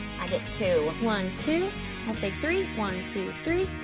i get two. one, two. i take three, one, two, three.